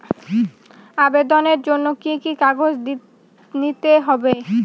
আবেদনের জন্য কি কি কাগজ নিতে হবে?